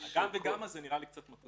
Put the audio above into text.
ה"גם וגם" הזה נראה לי קצת מוטעה.